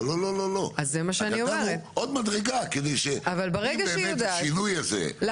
אז נתנו עוד מדרגה כדי שאם באמת השינוי הזה --- אבל ברגע שהיא יודעת,